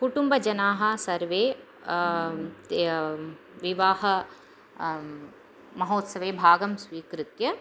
कुटुम्बजनाः सर्वे विवाह महोत्सवे भागं स्वीकृत्य